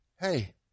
hey